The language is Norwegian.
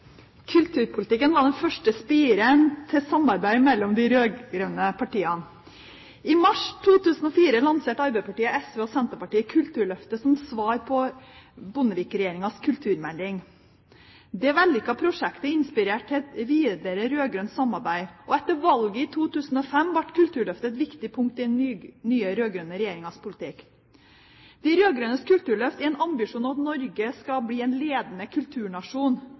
Kulturpolitikken var den første spiren til samarbeid mellom de rød-grønne partiene. I mars 2004 lanserte Arbeiderpartiet, SV og Senterpartiet Kulturløftet som svar på Bondevik-regjeringens kulturmelding. Det vellykkede prosjektet inspirerte til et videre rød-grønt samarbeid. Etter valget i 2005 ble Kulturløftet et viktig punkt i den nye rød-grønne regjeringens politikk. De rød-grønnes kulturløft er en ambisjon om at Norge skal bli en ledende kulturnasjon.